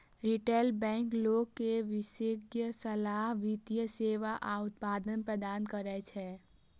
retail bank लोग कें विशेषज्ञ सलाह, वित्तीय सेवा आ उत्पाद प्रदान करै छै